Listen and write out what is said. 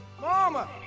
mama